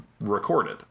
recorded